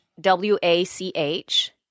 w-a-c-h